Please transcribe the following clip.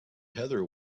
heather